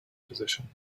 position